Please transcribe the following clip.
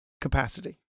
capacity